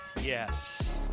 yes